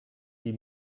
die